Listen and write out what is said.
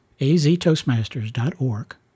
aztoastmasters.org